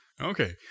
Okay